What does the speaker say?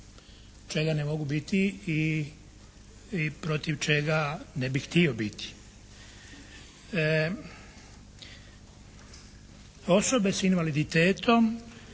čega ne mogu biti i protiv čega ne bih htio biti. Osobe sa invaliditetom